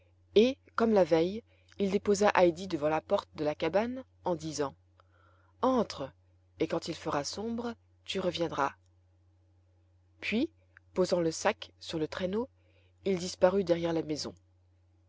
et comme la veille il déposa heidi devant la porte de la cabane en disant entre et quand il fera sombre tu reviendras puis posant le sac sur le traîneau il disparut derrière la maison